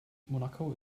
monaco